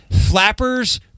flappers